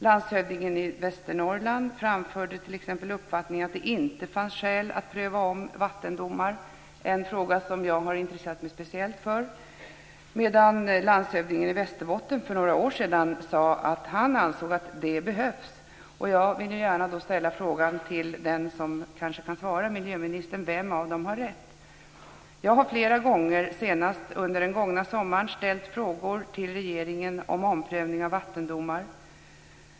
Landshövdingen i Västernorrland framförde t.ex. uppfattningen att det inte fanns skäl att pröva om vattendomar - en fråga som jag har intresserat mig speciellt för - medan landshövdingen i Västerbotten för några år sedan sade att han ansåg att det behövs. Och jag vill gärna ställa frågan till den som kan svara, nämligen miljöministern. Vem av dem har rätt? Jag har flera gånger, senast under den gångna sommaren, ställt frågor till regeringen om omprövning av vattendomar.